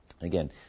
Again